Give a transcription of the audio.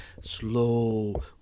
slow